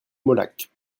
molac